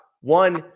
one